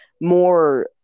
more